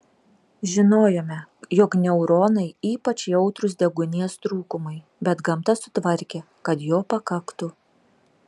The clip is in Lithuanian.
žinojome jog neuronai ypač jautrūs deguonies trūkumui bet gamta sutvarkė kad jo pakaktų